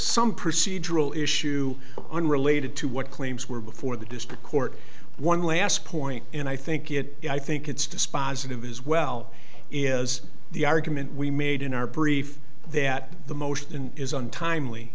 some procedural issue unrelated to what claims were before the district court one last point and i think it i think it's dispositive as well as the argument we made in our brief that the motion is untimely